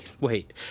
wait